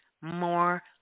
more